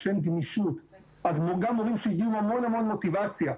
כשאין גמישות אז גם מורים שהגיעו עם המון המון מוטיבציה,